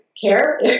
care